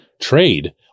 trade